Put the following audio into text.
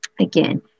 again